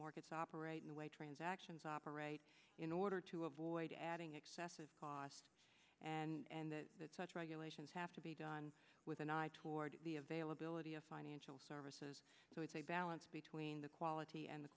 markets operate in the way transactions operate in order to avoid adding excessive costs and such regulations have to be done with an eye toward the availability of financial services so it's a balance between the quality and the